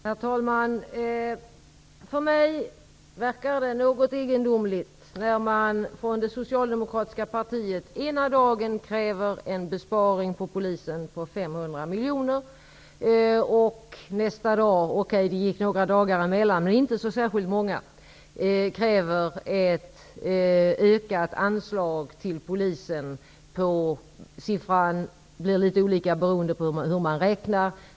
Herr talman! Det framstår som egendomligt för mig när man i det socialdemokratiska partiet ena dagen kräver en besparing på polisens område på 500 miljoner kronor och nästa dag -- okej, det gick några dagar emellan, men inte så särskilt många -- kräver ett ökat anslag till polisen. Siffran blir litet olika beroende på hur man räknar.